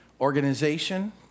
organization